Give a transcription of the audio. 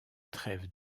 trêve